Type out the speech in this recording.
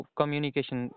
communication